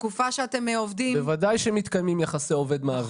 בתקופה שאתם עובדים --- בוודאי שמתקיימים יחסי עובד מעביד.